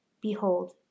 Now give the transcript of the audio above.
Behold